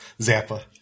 Zappa